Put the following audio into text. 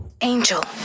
Angel